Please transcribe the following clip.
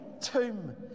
tomb